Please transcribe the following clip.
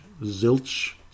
zilch